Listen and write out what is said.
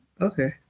Okay